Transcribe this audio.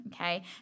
okay